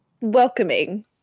welcoming